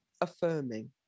affirming